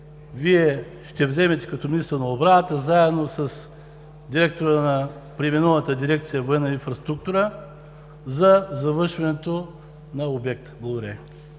ще вземете Вие като министър на отбраната, заедно с директора на преименуваната дирекция „Военна инфраструктура“ за завършването на обекта? Благодаря